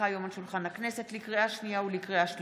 חבריי מהאופוזיציה,